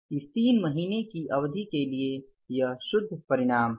इस तीन महीने की अवधि के लिए यह शुद्ध परिणाम है